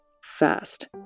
fast